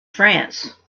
france